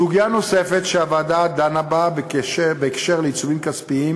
סוגיה נוספת שהוועדה דנה בה בהקשר של עיצומים כספיים